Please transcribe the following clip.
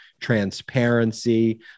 transparency